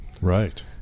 Right